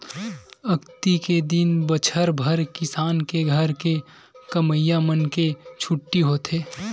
अक्ती के दिन बछर भर किसान के घर के कमइया मन के छुट्टी होथे